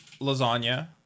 lasagna